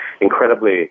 incredibly